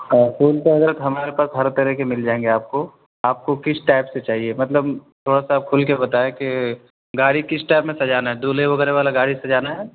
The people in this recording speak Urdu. ہاں پھول تو حضرت ہمارے پاس ہر طرح کے مل جائیں گے آپ کو آپ کو کس ٹائپ سے چاہیے مطلب تھوڑا سا آپ کھل کے بتائیں کہ گاڑی کس ٹائپ میں سجانا ہے دولہے وغیرہ والا گاڑی سجانا ہے